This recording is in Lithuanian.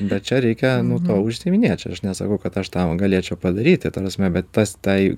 bet čia reikia nu tuo užsiiminėt čia aš nesakau kad aš tą va galėčiau padaryti ta prasme bet tas tai